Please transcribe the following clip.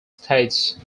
states